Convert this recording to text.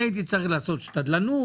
אני הייתי צריך לעשות שתדלנות,